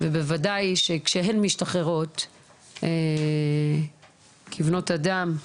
ובוודאי שכשהן משתחררות כבנות אדם,